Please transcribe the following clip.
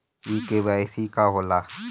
KYC का होला?